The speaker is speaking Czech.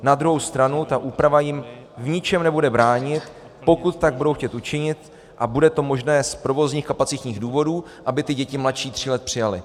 Na druhou stranu ta úprava jim v ničem nebude bránit, pokud tak budou chtít učinit a bude to možné z provozních kapacitních důvodů, aby děti mladší tří let přijali.